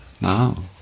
now